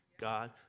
God